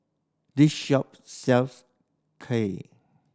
this shop sells Kay